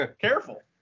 Careful